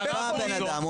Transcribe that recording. בא בן אדם,